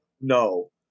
no